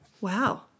wow